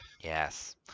Yes